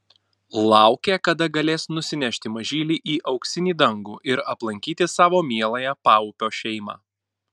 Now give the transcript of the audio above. laukė kada galės nusinešti mažylį į auksinį dangų ir aplankyti savo mieląją paupio šeimą